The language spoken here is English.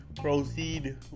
proceed